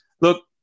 look